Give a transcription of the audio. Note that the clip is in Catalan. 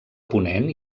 ponent